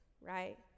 right